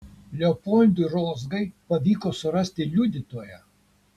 leopoldui rozgai pavyko surasti liudytoją